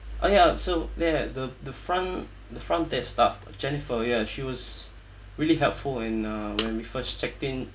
uh ya so that the the front the front desk staff jennifer ya she was really helpful and uh when we first checked in